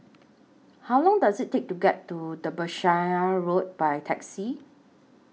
How Long Does IT Take to get to Derbyshire Road By Taxi